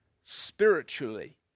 spiritually